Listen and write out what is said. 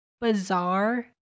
bizarre